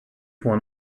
one